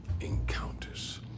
encounters